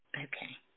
Okay